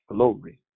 Glory